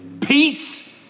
Peace